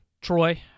Troy